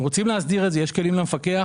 אם רוצים להסדיר את זה, יש כלים למפקח.